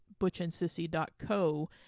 butchandsissy.co